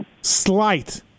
Slight